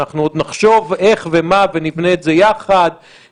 עוד נחשוב איך ומה ונבנה את זה יחד.